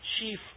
Chief